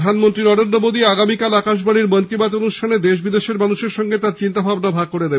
প্রধানমন্ত্রী নরেন্দ্র মোদী আগামীকাল আকাশবাণীর মন কি বাত অনুষ্ঠানে দেশ বিদেশের মানুষের সঙ্গে তাঁর চিন্তাভাবনা ভাগ করে নেবেন